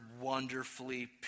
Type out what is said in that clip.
wonderfully